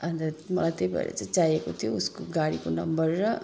अन्त मलाई त्यही भएर चाहिएको थियो उसको गाडीको नम्बर र